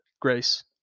Grace